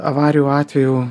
avarijų atveju